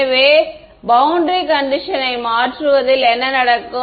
எனவே பௌண்டரி கண்டிஷன்னை மாற்றுவதில் என்ன நடக்கும்